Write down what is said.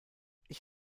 ich